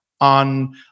on